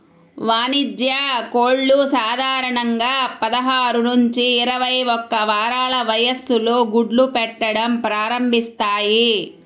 వాణిజ్య కోళ్లు సాధారణంగా పదహారు నుంచి ఇరవై ఒక్క వారాల వయస్సులో గుడ్లు పెట్టడం ప్రారంభిస్తాయి